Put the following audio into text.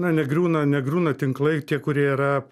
na negriūna negriūna tinklai tie kurie yra